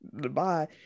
Goodbye